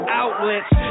outlets